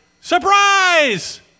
Surprise